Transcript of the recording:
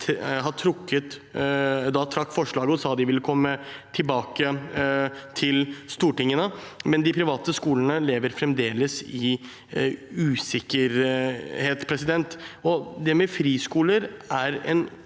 trakk forslaget og sa de ville komme tilbake til Stortinget, men de private skolene lever fremdeles i usikkerhet. Friskoler er en